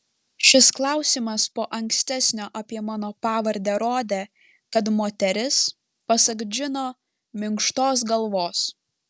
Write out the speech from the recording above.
šis klausimas po ankstesnio apie mano pavardę rodė kad moteris pasak džino minkštos galvos